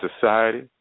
Society